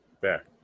Back